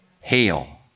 Hail